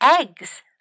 eggs